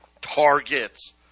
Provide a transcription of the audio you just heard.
targets